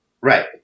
Right